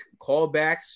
callbacks